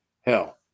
hell